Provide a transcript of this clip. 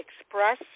Express